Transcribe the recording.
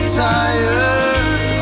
tired